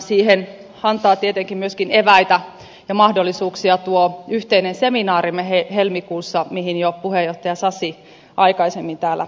siihen antaa tietenkin myöskin eväitä ja mahdollisuuksia tuo yhteinen seminaarimme helmikuussa mihin jo puheenjohtaja sasi aikaisemmin täällä viittasi